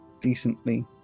decently